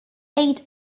eight